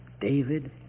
David